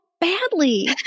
badly